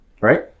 right